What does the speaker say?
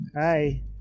Hi